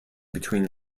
between